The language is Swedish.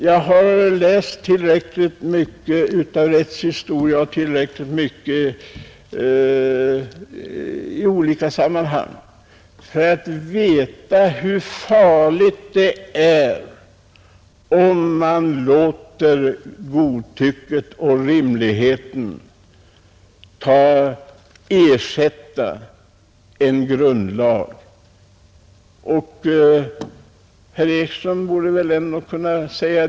Jag har läst tillräckligt mycket av rättshistoria och tillräckligt mycket i olika sammanhang för att veta hur farligt det är om man låter godtycke ersätta en grundlag.